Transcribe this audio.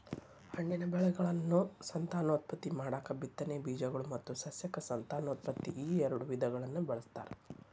ಹಣ್ಣಿನ ಬೆಳೆಗಳನ್ನು ಸಂತಾನೋತ್ಪತ್ತಿ ಮಾಡಾಕ ಬಿತ್ತನೆಯ ಬೇಜಗಳು ಮತ್ತು ಸಸ್ಯಕ ಸಂತಾನೋತ್ಪತ್ತಿ ಈಎರಡು ವಿಧಗಳನ್ನ ಬಳಸ್ತಾರ